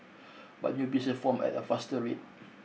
but new blisters formed at a faster rate